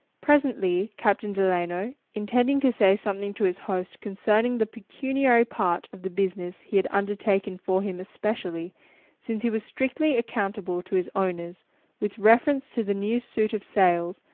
presently captain delano, intending to say something to his host concerning the pecuniary part of the business he had undertaken for him, especially since he was strictly accountable to his owners with reference to the new suit of sails,